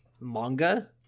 manga